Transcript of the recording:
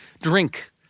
drink